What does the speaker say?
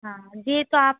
हाँ जी तो आप